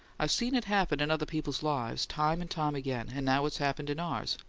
i've seen it happen in other people's lives, time and time again and now it's happened in ours.